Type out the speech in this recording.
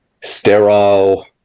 sterile